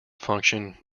function